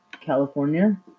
California